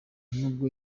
nubwo